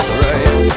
right